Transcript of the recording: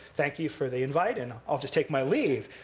thank you for the invite, and i'll just take my leave.